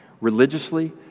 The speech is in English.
Religiously